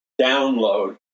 download